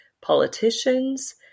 politicians